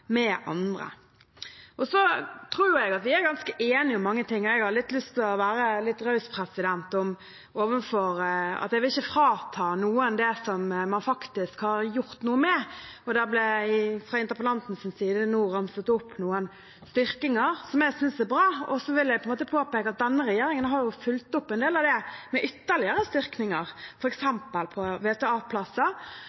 med andre. Så tror jeg at vi er ganske enige om mye, og jeg har lyst til å være litt raus og ikke frata noen det som man faktisk har gjort noe med. Der ble det fra interpellantens side nå ramset opp noen styrkinger som jeg synes er bra. Så vil jeg påpeke at denne regjeringen har fulgt opp en del av det med ytterligere